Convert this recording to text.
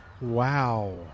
Wow